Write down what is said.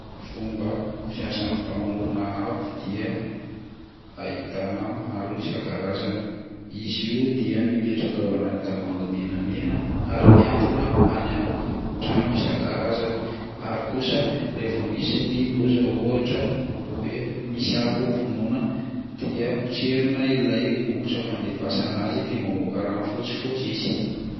Ny fomba fiasan'ny famonoana afo dia ahitana maro isan-karazany: izy io dia mipetraka ao anaty tavoahangy menamena ary mihantona any amin'ny trano isan-karazany, ary kosa raha vao misy ny loza ohatra hoe misy afo ho vonoina dia potserina ilay bokotra fandefasana azy de mamoaka rano fotsifotsy izy.